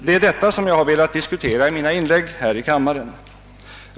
Det är detta jag velat diskutera i mina inlägg här i kammaren.